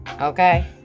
Okay